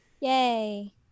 Yay